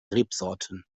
rebsorten